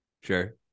Sure